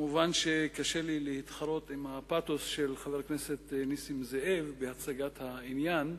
כמובן קשה לי להתחרות עם הפתוס של חבר הכנסת נסים זאב בהצגת העניין,